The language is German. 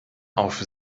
auf